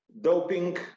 doping